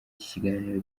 ikiganiro